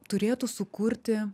turėtų sukurti